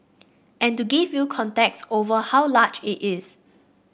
and to give you context over how large it is